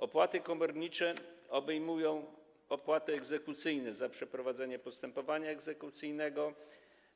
Opłaty komornicze obejmują opłaty egzekucyjne za przeprowadzenie postępowania egzekucyjnego,